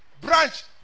branch